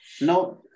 No